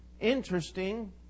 interesting